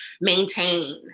maintain